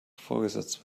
vorgesetzt